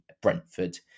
brentford